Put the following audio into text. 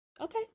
okay